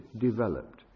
developed